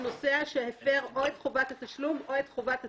נוסע שהפר או את חובת התשלום או את חובת התיקוף,